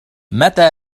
متى